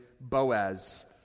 Boaz